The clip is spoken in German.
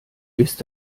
ist